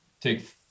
take